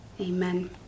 amen